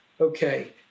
Okay